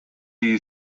you